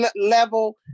level